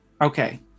Okay